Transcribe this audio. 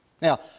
Now